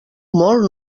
molt